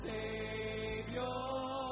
Savior